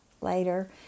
later